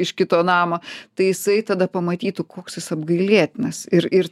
iš kito namo tai jisai tada pamatytų koks jis apgailėtinas ir ir